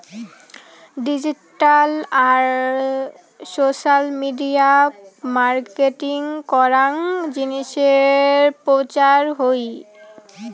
digital আর social media marketing করাং জিনিসের প্রচার হই